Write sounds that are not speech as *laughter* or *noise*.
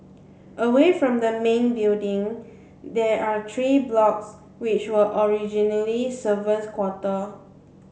away from the main building there are three blocks which were originally *unintelligible* quarter